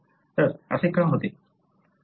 तर असे का होते